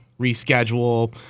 reschedule